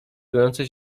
gojące